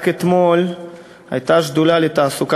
רק אתמול הייתה ישיבת השדולה לתעסוקת